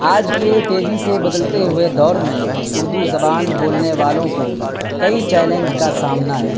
آج کے تیزی سے بدلتے ہوئے دور میں اردو زبان بولنے والوں کو کئی چیلینج کا سامنا ہے